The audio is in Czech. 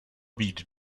být